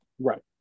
right